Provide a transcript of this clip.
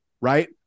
right